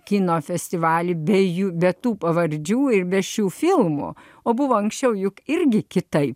kino festivalį be jų be tų pavardžių ir be šių filmų o buvo anksčiau juk irgi kitaip